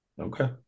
Okay